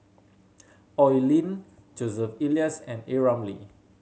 Oi Lin Joseph Elias and A Ramli